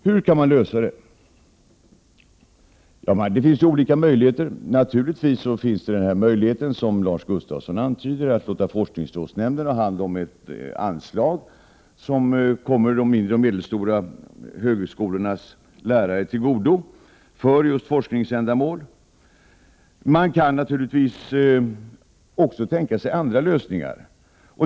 Hur kan man lösa detta problem? Det finns olika möjligheter. Det finns naturligtvis den möjlighet som Lars Gustafsson antyder, dvs. att låta forskningsrådsnämnden ha hand om ett anslag för just forskningsändamål som skall komma lärarna vid de mindre och medelstora högskolorna till godo. Man kan naturligtvis också tänka sig andra lösningar.